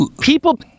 People